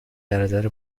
برادر